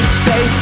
stay